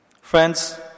Friends